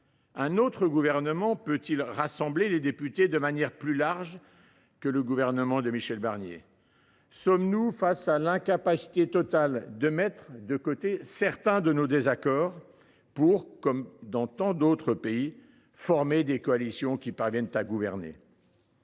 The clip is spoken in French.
Un autre gouvernement peut il rassembler les députés de manière plus large que le gouvernement de Michel Barnier ? Sommes nous dans l’incapacité totale de mettre de côté certains de nos désaccords pour, comme dans tant d’autres pays, former des coalitions qui parviennent à gouverner ?